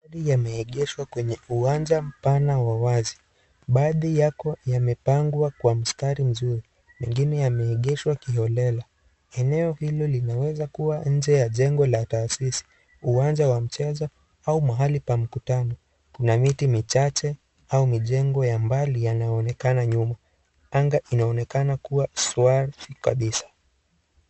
Magari yameegeshwa kwenye uwanja mpana wa wazi. Baadhi yako yamepangwa kwa mstari mzuri, mengine yameegeshwa kiholela. Eneo hilo linaweza kuwa nje ya jengo la taasisi, uwanja wa mchezo au mahali pa mkutano. Kuna miti michache au mijengo ya mbali yanayoonekana nyuma. Anga inaonekana kuwa swafi kabisa.